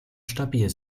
stabil